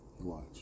Watch